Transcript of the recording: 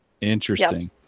Interesting